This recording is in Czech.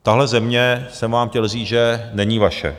Tahle země, jsem vám chtěl říct, není vaše.